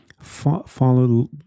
follow